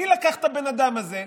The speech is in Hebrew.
מי לקח את הבן-אדם הזה,